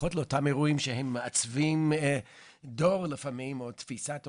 לפחות לאותם אירועים שהם מעצבים דור לפעמים או תפיסת עולם,